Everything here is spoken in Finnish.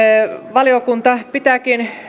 valiokunta pitääkin